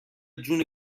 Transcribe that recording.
جون